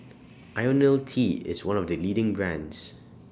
Ionil T IS one of The leading brands